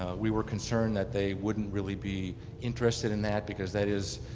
we were concerned that they wouldn't really be interested in that because that is